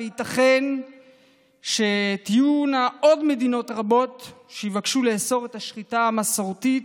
ייתכן שתהיינה עוד מדינות רבות שיבקשו לאסור את השחיטה המסורתית,